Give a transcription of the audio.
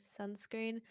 sunscreen